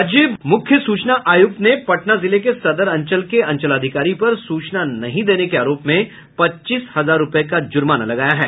राज्य मुख्य सूचना आयुक्त ने पटना जिले के सदर अंचल के अंचलाधिकारी पर सूचना नहीं देने के आरोप में पच्चीस हजार रूपये का जुर्माना लगाया है